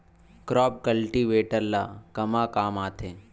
Crop cultivator ला कमा काम आथे?